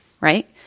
right